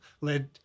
led